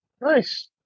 Nice